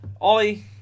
Ollie